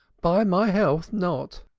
by my health, not.